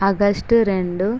August రెండు